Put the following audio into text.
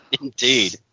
Indeed